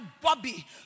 Bobby